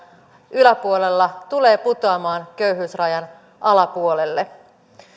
yläpuolella tulee putoamaan köyhyysrajan alapuolelle